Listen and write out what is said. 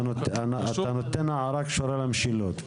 אתה נותן הערה שקשורה למשילות.